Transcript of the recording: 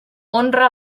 honra